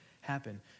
happen